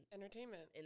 Entertainment